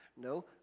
No